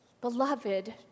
beloved